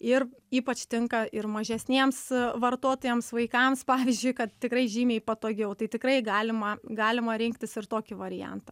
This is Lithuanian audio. ir ypač tinka ir mažesniems vartotojams vaikams pavyzdžiui kad tikrai žymiai patogiau tai tikrai galima galima rinktis ir tokį variantą